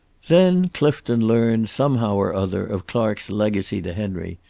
then clifton learned, somehow or other, of clark's legacy to henry,